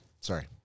Sorry